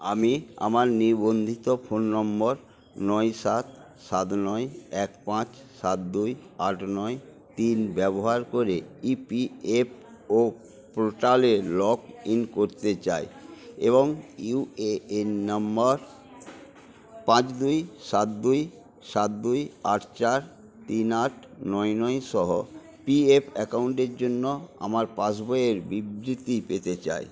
আমি আমার নিবন্ধিত ফোন নম্বর নয় সাত সাত নয় এক পাঁচ সাত দুই আট নয় তিন ব্যবহার করে ইপিএফও পোর্টালে লগ ইন করতে চাই এবং ইউএএন নম্বর পাঁচ দুই সাত দুই সাত দুই আট চার তিন আট নয় নয় সহ পিএফ অ্যাকাউন্টের জন্য আমার পাসবইয়ের বিবৃতি পেতে চাই